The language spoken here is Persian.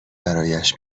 برایش